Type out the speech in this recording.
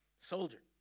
soldier